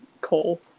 cole